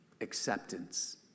acceptance